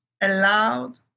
allowed